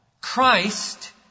Christ